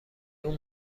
اون